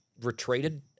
retreated